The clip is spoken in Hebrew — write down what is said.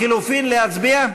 לחלופין להצביע?